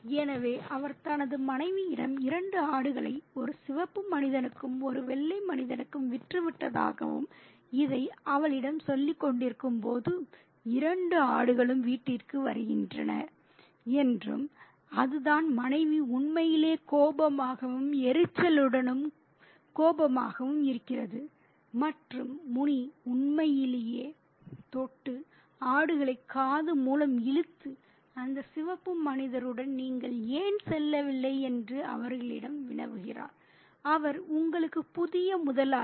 எனவே அவர் தனது மனைவியிடம் இரண்டு ஆடுகளை ஒரு சிவப்பு மனிதனுக்கும் ஒரு வெள்ளை மனிதனுக்கும் விற்றுவிட்டதாகவும் இதை அவளிடம் சொல்லிக்கொண்டிருக்கும்போதும் இரண்டு ஆடுகளும் வீட்டிற்கு வருகின்றன என்றும் அதுதான் மனைவி உண்மையிலேயே கோபமாகவும் எரிச்சலுடனும் கோபமாகவும் இருக்கிறது மற்றும் முனி உண்மையிலேயே தொட்டு ஆடுகளை காது மூலம் இழுத்து அந்த சிவப்பு மனிதருடன் நீங்கள் ஏன் செல்லவில்லை என்று அவர்களிடம் வினவுகிறார் அவர் உங்களுக்கு புதிய முதலாளி